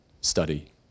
study